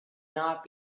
not